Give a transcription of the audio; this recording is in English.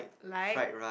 like